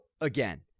again